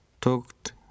talked